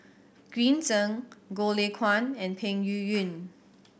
Green Zeng Goh Lay Kuan and Peng Yuyun